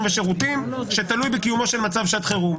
ושירותים שתלוי בקיומו של מצב שעת חירום.